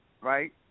right